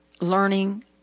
learning